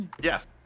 Yes